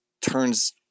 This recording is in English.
turns